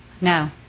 No